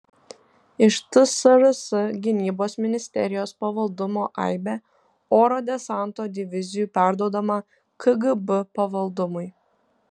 iš tsrs gynybos ministerijos pavaldumo aibė oro desanto divizijų perduodama kgb pavaldumui